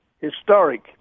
historic